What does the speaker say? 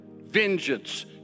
vengeance